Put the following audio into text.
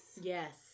Yes